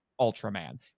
Ultraman